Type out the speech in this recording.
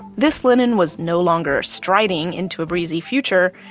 this lenin was no longer striding into a breezy future.